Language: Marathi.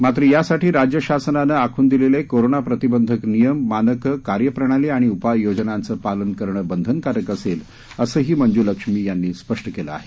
मात्र यासाठी राज्य शासनानं आखून दिलेले कोरोनाप्रतिबंधक नियम मानक कार्यप्रणाली आणि उपाययोजनांचं पालन करणं बंधनकारक असेल असंही मंजुलक्ष्मी यांनी स्पष्ट केलं आहे